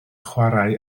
chwarae